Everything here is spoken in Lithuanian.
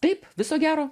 taip viso gero